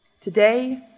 today